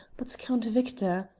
but count victor.